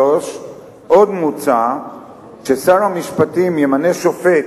3. עוד מוצע ששר המשפטים ימנה שופט